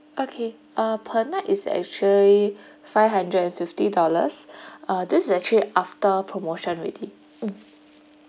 okay uh per night is actually five hundred and fifty dollars uh this actually after promotion already um